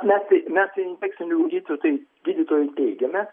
mes tai mes tai infekcinių gydytojų tai gydytojai teigiame